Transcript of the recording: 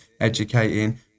educating